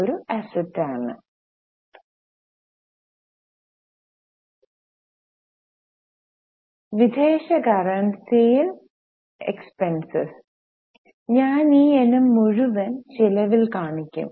ഒരു അസറ്റാണ് വിദേശ കറൻസിയിൽ ഞാൻ ഈ ഇനം മുഴുവൻ ചെലവിൽ കാണിക്കും